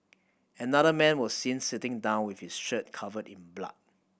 another man was seen sitting down with his shirt covered in blood